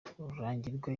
rurangirwa